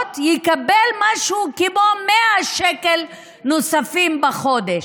יקבל משהו כמו 100 שקל נוספים בחודש.